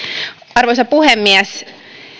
arvoisa puhemies